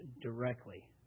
directly